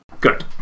Good